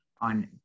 on